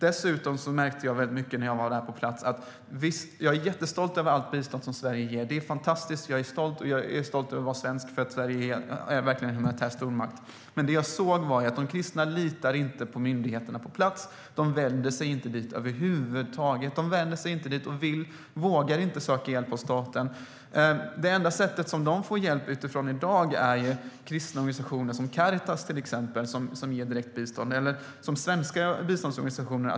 Visst, jag är jättestolt över allt bistånd som Sverige ger. Det är fantastiskt. Jag är stolt över att vara svensk, för Sverige är verkligen en humanitär stormakt, men det jag såg när jag besökte Irak var att de kristna inte litar på myndigheterna på plats. De vänder sig inte till myndigheterna över huvud taget. De vågar inte söka hjälp hos staten. Det enda sättet de får hjälp utifrån är genom kristna organisationer som Caritas, som ger direkt bistånd, och svenska biståndsorganisationer.